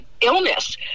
illness